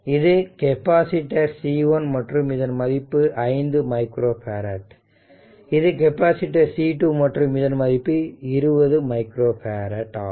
இது capacitor C1 மற்றும் இதன் மதிப்பு 5 மைக்ரோ பேரட் இது கெபாசிட்டர் C2 மற்றும் இதன் மதிப்பு 20 மைக்ரோ பேரட் ஆகும்